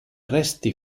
resti